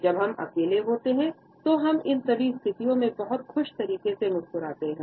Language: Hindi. जब हम अकेले होते हैं तो हम इन सभी स्थितियों में बहुत खुश तरीके से मुस्कुराते हैं